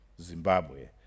Zimbabwe